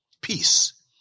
Peace